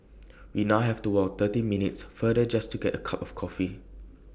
we now have to walk twenty minutes further just to get A cup of coffee